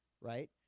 right